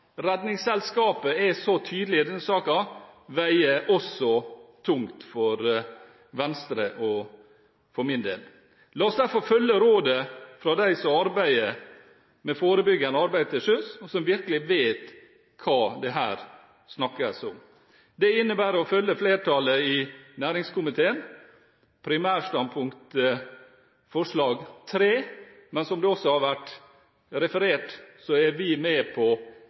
så tydelig i denne saken, veier tungt for Venstres og min del. La oss derfor følge rådet fra dem som arbeider med forebyggende arbeid til sjøs, og som virkelig vet hva det her snakkes om. Det innebærer å følge flertallet i næringskomiteen. Primærstandpunktet vårt er forslag nr. 3, men som det også har vært referert, er vi sekundært med på